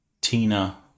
Tina